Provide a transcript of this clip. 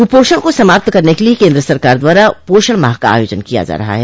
क्पोषण को समाप्त करने के लिए केन्द्र सरकार द्वारा पोषण माह का आयोजन किया जा रहा है